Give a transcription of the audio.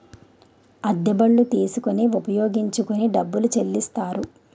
అద్దె బళ్ళు తీసుకొని ఉపయోగించుకొని డబ్బులు చెల్లిస్తారు